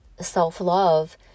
self-love